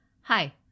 Hi